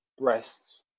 breasts